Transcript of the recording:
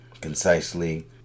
concisely